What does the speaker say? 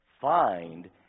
find